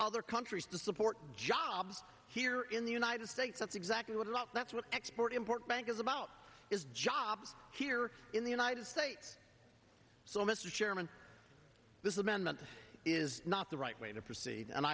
other countries to support jobs here in the united states that's exactly what a lot that's what export import bank is about is jobs here in the united states so mr chairman this is amendment is not the right way to proceed and